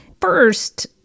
First